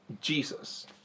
Jesus